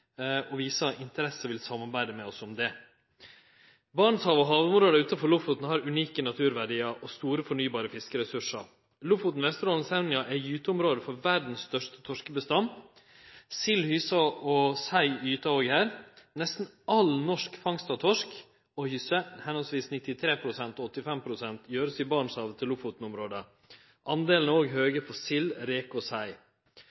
interesse og vil samarbeide med oss om det. Barentshavet og havområda utanfor Lofoten har unike naturverdiar og store fornybare fiskeressursar. Lofoten, Vesterålen og Senja er gyteområde for den største torskebestanden i verda. Sild, hyse og sei gyter òg her. Nesten all norsk fangst av torsk og hyse, høvesvis 93 pst. og 85 pst., vert gjord i Barentshavet og Lofoten-området. Talet er òg høgt for sild, reker og sei.